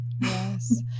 Yes